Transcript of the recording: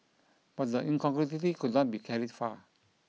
but the incongruity could not be carried far